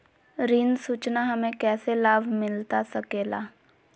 ऋण सूचना हमें कैसे लाभ मिलता सके ला?